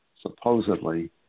supposedly